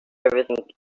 everything